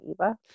Eva